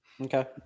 okay